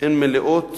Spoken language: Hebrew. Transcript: מלאות